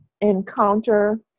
encounter